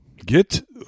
Get